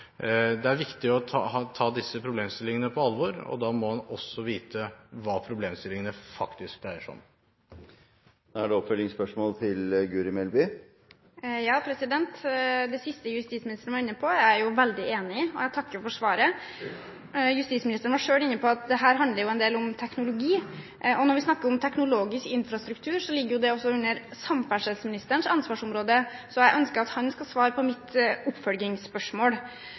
Det er viktig å ta disse problemstillingene på alvor, og da må man også vite hva problemstillingene faktisk dreier seg om. Det siste justisministeren var inne på, er jeg jo veldig enig i, og jeg takker for svaret. Justisministeren var selv inne på at dette handler om teknologi, og når vi snakker om teknologisk infrastruktur, ligger det under samferdselsministerens ansvarsområde, så jeg ønsker at han skal svare på mitt oppfølgingsspørsmål.